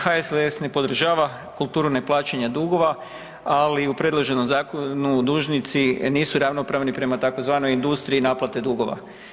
HSLS ne podržava kulturu neplaćanja dugova ali u predloženom zakonu dužnici nisu ravnopravni prema tzv. industriji naplate dugova.